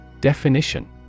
Definition